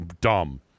dumb